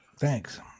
Thanks